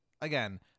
again